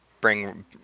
bring